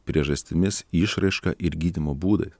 priežastimis išraiška ir gydymo būdais